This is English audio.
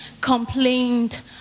complained